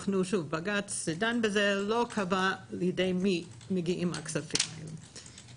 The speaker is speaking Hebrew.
בג"ץ דן בזה, לא קבע לידי מי מגיעים הכספים היום.